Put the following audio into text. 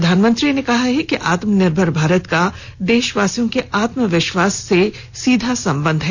प्रधानमंत्री ने कहा है कि आत्मनिर्भर भारत का देशवासियों के आत्मविश्वास से सीधा संबंध है